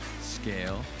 scale